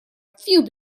few